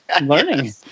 learning